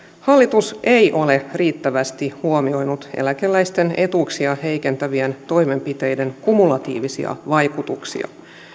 hallitus ei ole riittävästi huomioinut eläkeläisten etuuksia heikentävien toimenpiteiden kumulatiivisia vaikutuksia